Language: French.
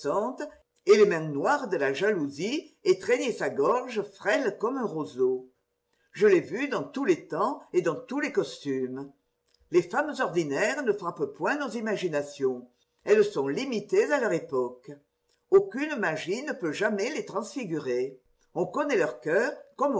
et les mains noires de la jalousie étreignaient sa gorge frêle comme un roseau je l'ai vue dans tous les temps et dans tous les costumes les femmes ordinaires ne frappent point nos imaginations elles sont limitées à leur époque aucune magie ne peut jamais les transfigurer on connaît leur cœur